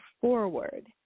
forward